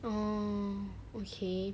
orh okay